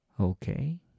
Okay